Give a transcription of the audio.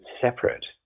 separate